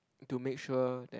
to make sure that